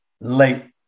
late